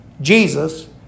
Jesus